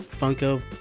Funko